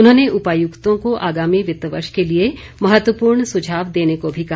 उन्होंने उपायुक्तों को आगामी वित्त वर्ष के लिए महत्वपूर्ण सुझाव देने को भी कहा